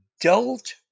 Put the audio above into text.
adult